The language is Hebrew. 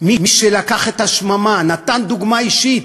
מי שלקח את השממה, נתן דוגמה אישית,